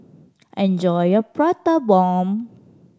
enjoy your Prata Bomb